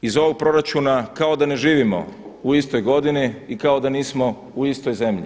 Iz ovog proračuna kao da ne živimo u istoj godini i kao da nismo u istoj zemlji.